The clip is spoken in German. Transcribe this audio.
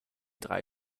drei